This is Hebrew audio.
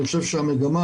אני חושב שהמגמה,